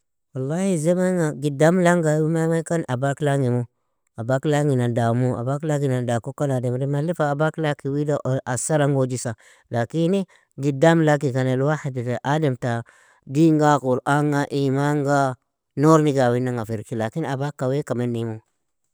Wllahi zemeng giddaam langy imenkan abak langimu, abak langinan damu, abak lakinan dakukan ademri mally fa abak lakin wieda asaran gujisa. Lakini giddam lakin alwahid_adem taa din ga Quran ga, iman ga, nour niga awinnanga firgi. Lakin abaka weaka menymu.